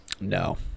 No